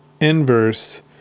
inverse